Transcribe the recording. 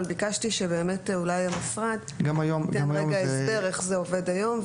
ביקשתי שהמשרד ייתן הסבר על איך זה עובד היום,